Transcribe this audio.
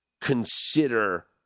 consider